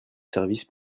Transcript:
services